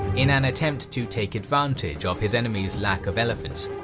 in an attempt to take advantage of his enemy's lack of elephants,